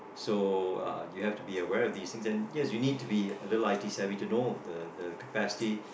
so uh you have to be aware of these and then yes you need to be a little I_T savvy to know the the capacity